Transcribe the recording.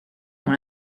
dans